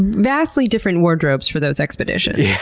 vastly different wardrobes for those expeditions.